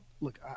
look